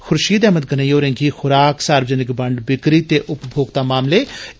खुर्षीद अहमद गनेई होरें गी खुराक सार्वजनक बंड बिक्री ते उपमोक्ता मामले